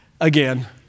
again